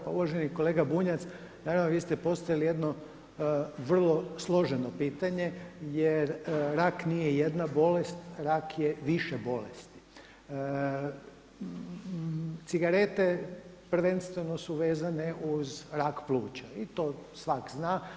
Pa uvaženi kolega Bunjac naravno vi ste postavili jedno vrlo složeno pitanje jer rak nije jedna bolest, rak je više bolesti cigarete prvenstveno su vezane uz rak pluća i to svak' zna.